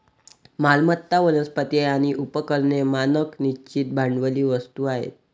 मालमत्ता, वनस्पती आणि उपकरणे मानक निश्चित भांडवली वस्तू आहेत